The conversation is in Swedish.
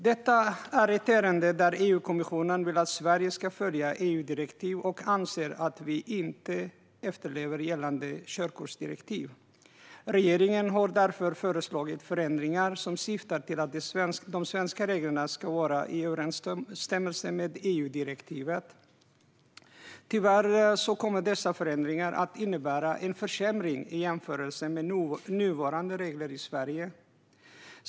Detta är ett ärende där EU-kommissionen vill att Sverige ska följa EU-direktiv och anser att vi inte efterlever gällande körkortsdirektiv. Regeringen har därför föreslagit förändringar som syftar till att de svenska reglerna ska vara i överensstämmelse med EU-direktivet. Tyvärr kommer dessa förändringar att innebära en försämring i jämförelse med nuvarande regler i Sverige.